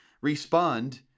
respond